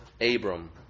Abram